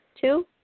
two